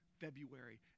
February